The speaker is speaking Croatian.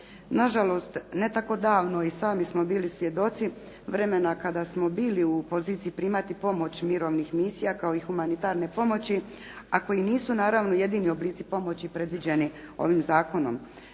Nažalost, ne tako davno i sami smo bili svjedoci vremena kada smo bili u poziciji primati pomoć mirovnih misija kao i humanitarne pomoći a koji nisu naravno jedini oblici pomoći predviđeni ovim zakonom